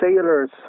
sailors